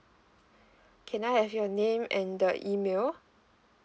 can I have your name and the email